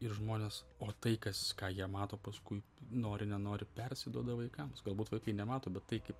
ir žmonės o tai kas ką jie mato paskui nori nenori persiduoda vaikams galbūt vaikai nemato bet tai kai